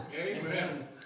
Amen